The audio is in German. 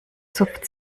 zupft